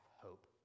hope